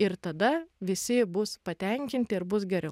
ir tada visi bus patenkinti ir bus geriau